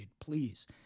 please